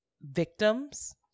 victims